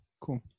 cool